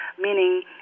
meaning